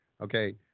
okay